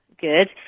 Good